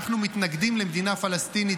אנחנו מתנגדים למדינה פלסטינית,